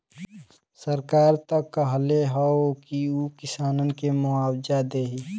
सरकार त कहले हौ की उ किसानन के मुआवजा देही